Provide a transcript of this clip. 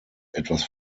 etwas